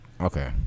Okay